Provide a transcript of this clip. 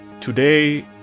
Today